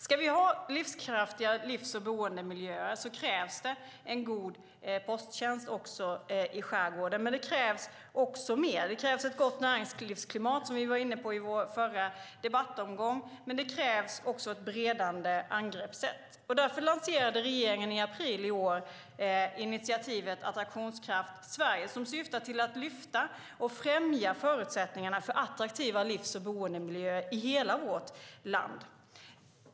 Ska vi ha livskraftiga livs och boendemiljöer krävs det en god posttjänst också i skärgården, men det krävs mer. Det krävs ett gott näringslivsklimat, som vi var inne på i vår förra debattomgång. Det krävs också ett bredare angreppssätt. Därför lanserade regeringen i april i år initiativet Attraktionskraft Sverige, som syftar till att lyfta och främja förutsättningarna för attraktiva livs och boendemiljöer i hela vårt land.